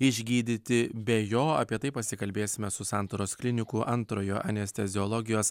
išgydyti be jo apie tai pasikalbėsime su santaros klinikų antrojo anesteziologijos